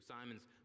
Simon's